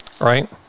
right